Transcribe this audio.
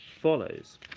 follows